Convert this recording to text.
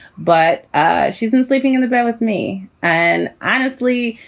but ah she isn't sleeping in the bed with me. and honestly,